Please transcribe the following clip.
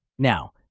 Now